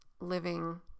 living